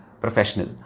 professional